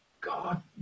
god